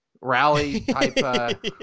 rally-type